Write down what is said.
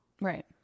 right